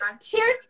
Cheers